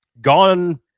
gone